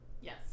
yes